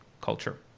culture